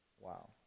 Wow